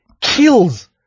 kills